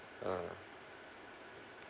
uh